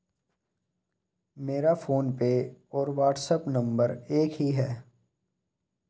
मेरा फोनपे और WhatsApp number एक ही है